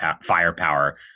firepower